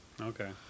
okay